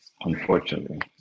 unfortunately